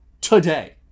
today